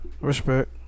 Respect